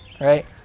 right